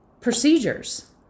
procedures